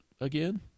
again